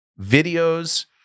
videos